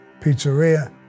pizzeria